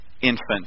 infant